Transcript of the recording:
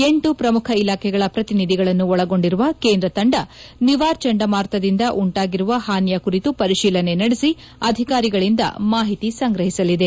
ಎಂಟು ಪ್ರಮುಖ ಇಲಾಖೆಗಳ ಪ್ರತಿನಿಧಿಗಳನ್ನು ಒಳಗೊಂಡಿರುವ ಕೇಂದ ತಂಡ ನಿವಾರ್ ಚಂಡಮಾರುತದಿಂದ ಉಂಟಾಗಿರುವ ಹಾನಿಯ ಕುರಿತು ಪರಿಶೀಲನೆ ನಡೆಸಿ ಅಧಿಕಾರಿಗಳಿಂದ ಮಾಹಿತಿ ಸಂಗ್ರಹಿಸಲಿದೆ